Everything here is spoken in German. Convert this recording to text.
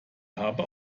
habe